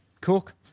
Cook